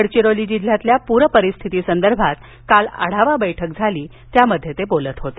गडचिरोली जिल्ह्यातल्या पूर परिस्थितीसंदर्भात काल आढावा बैठक झाली त्यावेळी ते बोलत होते